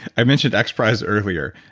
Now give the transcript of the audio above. i mentioned xprize earlier.